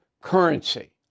currency